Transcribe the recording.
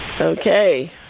Okay